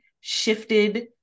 shifted